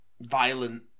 violent